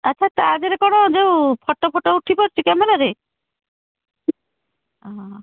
ଆଚ୍ଛା ତା'ଆଗରେ କ'ଣ ଯେଉଁ ଫଟୋ ଫଟୋ ଉଠିପାରୁଛି କ୍ୟାମେରାରେ